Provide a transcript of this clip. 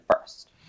first